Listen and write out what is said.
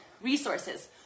resources